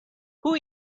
who